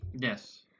Yes